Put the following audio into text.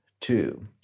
Two